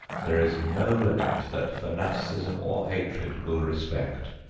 there is no limit that fanaticism or hatred will respect.